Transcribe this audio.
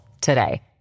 today